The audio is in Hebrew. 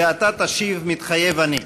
ואתה תשיב: מתחייב אני.